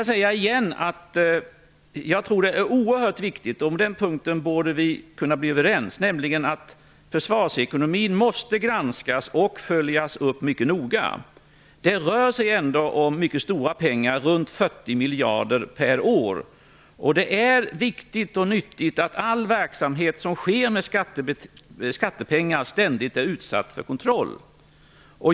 Jag vill återigen säga att jag tror att det är oerhört viktigt - på den punkten borde vi kunna bli överens - att försvarsekonomin granskas och följs upp mycket noga. Det rör sig ändå om mycket stora pengar; runt 40 miljarder per år. Det är viktigt och nyttigt att all verksamhet som bedrivs med skattepengar ständigt är utsatt för kontroll.